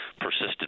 persisted